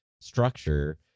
structure